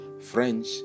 french